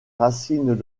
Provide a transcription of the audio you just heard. racines